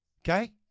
okay